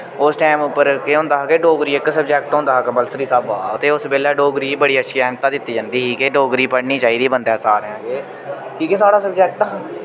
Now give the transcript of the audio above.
उस टैम उप्पर केह् होंदा हा के डोगरी इक सब्जेक्ट होंदा हा कंंपलसरी स्हाबा दा ते उस बेल्लै डोगरी गी बड़ी अच्छी एहमता दित्ती जंदी ही के डोगरी पढ़नी चाहिदी बन्दै सारें के कि के साढ़ा सब्जेक्ट हा